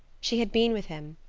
she had been with him,